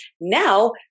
now